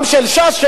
גם של ש"ס,